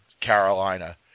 Carolina